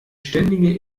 ständige